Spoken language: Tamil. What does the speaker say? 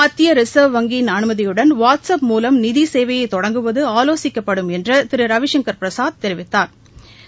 மத்திய ரிசர்வ் வங்கியின் அனுமதியுடன் வாட்ஸ் அப் மூலம் நிதி சேவையை தொடங்குவது ஆலோசிக்கப்படும் என்று திரு ரவிசுங்கள் பிரசாத் தெரிவித்தாள்